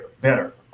better